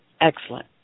excellent